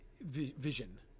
vision